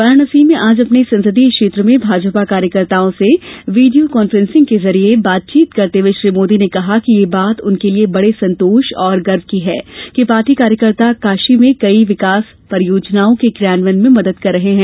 वाराणसी में आज अपने संसदीय क्षेत्र में भाजपा कार्यकर्ताओं से वीडियो कांफ्रेंसिंग के जरिये बातचीत करते हुए श्री मोदी ने कहा कि यह बात उनके लिए बड़े संतोष और गर्व की है कि पार्टी कार्यकर्ता काशी में कई विकास परियोजनाओं के क्रियान्वयन में मदद कर रहे हैं